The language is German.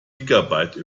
gigabyte